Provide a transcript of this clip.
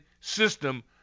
system